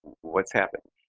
what's happening?